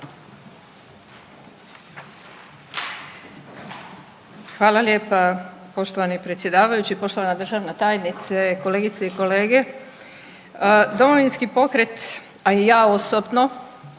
Hvala lijepa poštovani predsjedavajući, poštovana državna tajnice, kolegice i kolege. Domovinski pokret, a i ja osobno